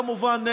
כמובן,